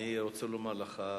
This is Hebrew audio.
אני רוצה לומר לך,